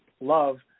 love